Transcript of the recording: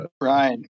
right